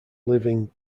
living